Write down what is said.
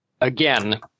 Again